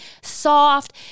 soft